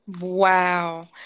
Wow